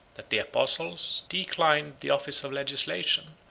that the apostles declined the office of legislation,